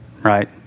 right